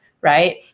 Right